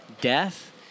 Death